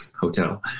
hotel